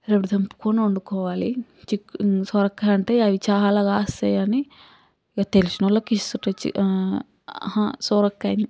రేపు తెంపుకుని వండుకోవాలి చిక్ సొరకాయ అంటే అయి చాలా కాస్తాయి అని ఇంకా తెలిసిన వాళ్లకి ఇస్తుంట సొరకాయని